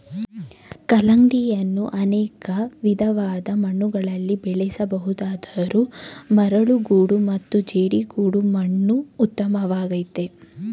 ಕಲ್ಲಂಗಡಿಯನ್ನು ಅನೇಕ ವಿಧವಾದ ಮಣ್ಣುಗಳಲ್ಲಿ ಬೆಳೆಸ ಬಹುದಾದರೂ ಮರಳುಗೋಡು ಮತ್ತು ಜೇಡಿಗೋಡು ಮಣ್ಣು ಉತ್ತಮವಾಗಯ್ತೆ